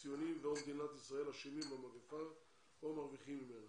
הציונים ו/או מדינת ישראל אשמים במגיפה או מרוויחים ממנה.